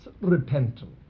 repentance